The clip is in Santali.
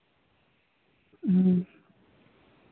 ᱦᱮᱸ